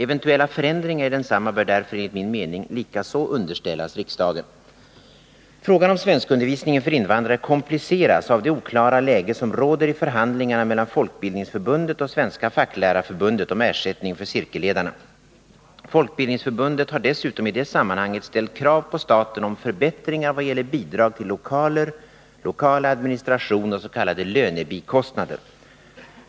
Eventuella förändringar i densamma bör därför enligt min mening likaså underställas riksdagen. Frågan om svenskundervisningen för invandrare kompliceras av det oklara läge som råder i förhandlingarna mellan Folkbildningsförbundet och Svenska facklärarförbundet om ersättning för cirkelledarna. Folkbildningsförbundet har dessutom i det sammanhanget ställt krav på staten om förbättringar vad gäller bidrag till lokaler, lokal administration och s.k. lönebikostnader.